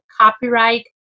Copyright